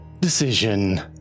decision